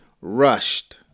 Rushed